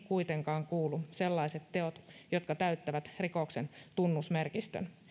kuitenkaan kuulu sellaiset teot jotka täyttävät rikoksen tunnusmerkistön